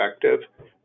effective